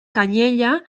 canyella